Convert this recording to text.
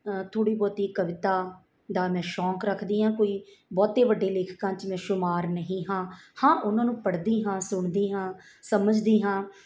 ਥੋੜ੍ਹੀ ਬਹੁਤੀ ਕਵਿਤਾ ਦਾ ਮੈਂ ਸ਼ੌਕ ਰੱਖਦੀ ਹਾਂ ਕੋਈ ਬਹੁਤ ਵੱਡੇ ਲੇਖਕਾਂ 'ਚ ਮੈਂ ਸ਼ੁਮਾਰ ਨਹੀਂ ਹਾਂ ਹਾਂ ਉਹਨਾਂ ਨੂੰ ਪੜ੍ਹਦੀ ਹਾਂ ਸੁਣਦੀ ਹਾਂ ਸਮਝਦੀ ਹਾਂ